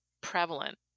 prevalent